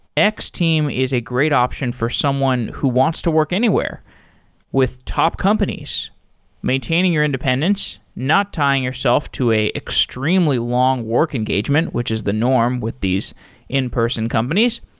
x-team is a great option for someone who wants to work anywhere with top companies maintaining your independence, not tying yourself to an extremely long work engagement, which is the norm with these in-person companies,